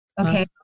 Okay